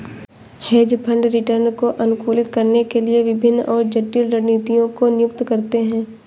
hedge fund return को अनुकूलित करने के लिए विभिन्न और जटिल रणनीतियों को नियुक्त करते हैं